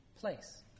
place